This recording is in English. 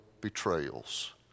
betrayals